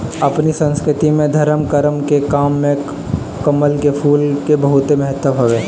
अपनी संस्कृति में धरम करम के काम में कमल के फूल के बहुते महत्व हवे